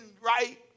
right